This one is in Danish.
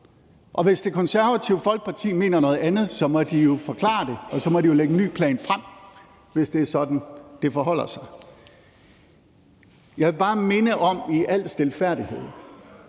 Og hvis Det Konservative Folkeparti mener noget andet, må de jo forklare det, og så må de lægge en ny plan frem, hvis det er sådan, det forholder sig. Jeg vil bare minde om, i al stilfærdighed,